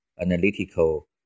analytical